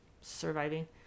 surviving